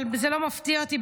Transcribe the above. אבל זה לא מפתיע אותי,